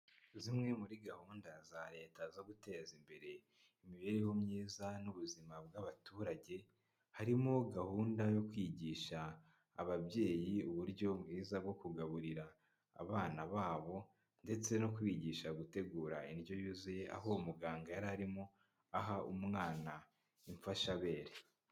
Zimwe muri gahunda za leta zo guteza imbere, imibereho myiza n'ubuzima bw'abaturage harimo gahunda yo kwigisha ababyeyi uburyo bwiza bwo kugaburira, abana babo ndetse no kwigisha gutegura indyo yuzuye, aho muganga yari arimo, aha umwana imfashabere.